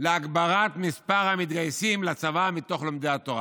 להגדלת מספר המתגייסים לצבא מתוך לומדי התורה.